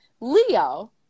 Leo